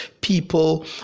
people